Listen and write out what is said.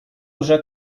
уже